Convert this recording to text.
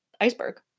iceberg